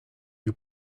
you